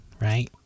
right